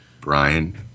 Brian